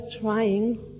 trying